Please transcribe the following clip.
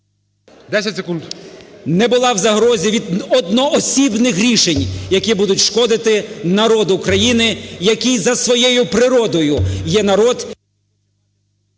О.Р. ...не була в загрозі від одноосібних рішень, які будуть шкодити народу країни, який за своєю природою є народ...